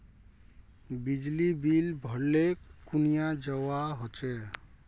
बिजली बिल भरले कुनियाँ जवा होचे?